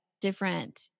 different